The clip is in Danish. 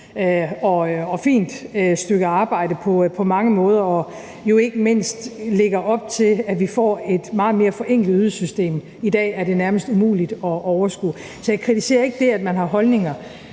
og fint stykke arbejde på mange måder, og de lægger jo ikke mindst op til, at vi får et meget mere forenklet ydelsessystem. I dag er det nærmest umuligt at overskue. Så jeg kritiserer ikke det, at man har holdninger,